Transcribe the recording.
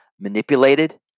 manipulated